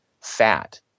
fat